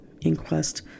inquest